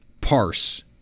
parse